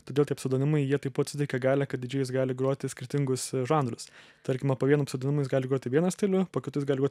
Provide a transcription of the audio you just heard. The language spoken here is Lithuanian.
todėl tie pseudonimai jie taip pat suteikia galią kad didžėjus gali groti skirtingus žanrus tarkime po vienu pseudonimu jis gali groti vieną stilių po kitu jis gali groti